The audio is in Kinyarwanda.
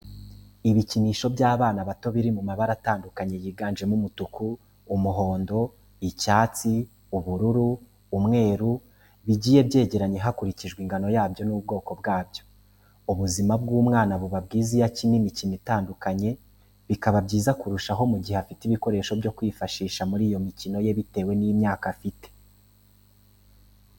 Ibikinisho by'abana bato biri mu mabara atandukanye yiganjemo umutuku, umuhondo, icyatsi ,ubururu ,umweru, bigiye byegeranye hakurikijwe ingano yabyo n'ubwoko bwabyo ubuzima bw'umwana buba bwiza iyo akina imikino itandukanye, bikaba byiza kurushaho mu gihe afite ibikinisho byo kwifashisha muri iyo mikino ye bitewe n'imyaka afite.